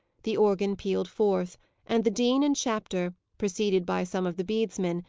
the organ pealed forth and the dean and chapter, preceded by some of the bedesmen,